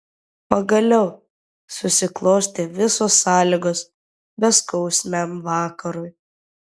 pagaliau susiklostė visos sąlygos beskausmiam vakarui